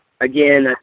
again